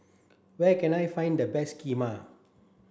where can I find the best Kheema